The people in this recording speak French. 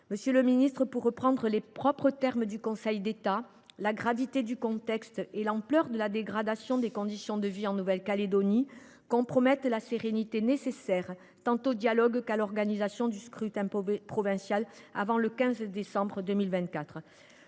Monsieur le ministre, pour reprendre les termes du Conseil d’État, la gravité du contexte et l’ampleur de la dégradation des conditions de vie en Nouvelle Calédonie compromettent la sérénité nécessaire tant au dialogue qu’à l’organisation du scrutin provincial avant le 15 décembre 2024.